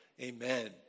Amen